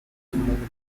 among